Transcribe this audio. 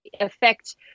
affect